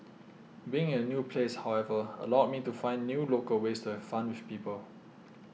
being in a new place however allowed me to find new local ways to have fun with people